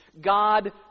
God